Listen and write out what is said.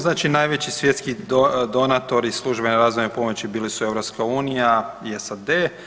Znači najveći svjetski donatori službene razvojne pomoći bili su EU i SAD.